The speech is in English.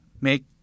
make